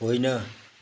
होइन